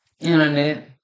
Internet